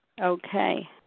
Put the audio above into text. Okay